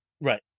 Right